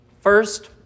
First